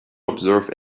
observe